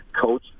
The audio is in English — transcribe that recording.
coach